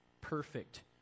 perfect